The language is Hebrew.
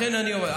לכן אמרתי.